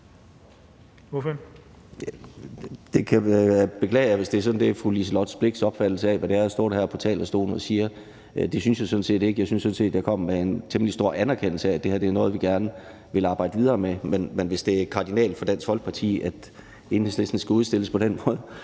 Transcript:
Hvelplund (EL): Jeg beklager, hvis det er fru Liselott Blixts opfattelse af, hvad det er, jeg står heroppe på talerstolen og siger. Jeg synes sådan set ikke, at det var det, jeg sagde. Jeg synes sådan set, at jeg kom med en temmelig stor anerkendelse og sagde, at det her er noget, vi gerne vil arbejde videre med, men hvis det er et kardinalpunkt for Dansk Folkeparti, at Enhedslisten skal udstilles på den måde,